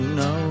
no